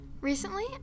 Recently